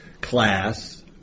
class